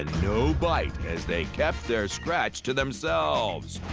and no bite as they kept their scratch to themselves.